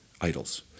idols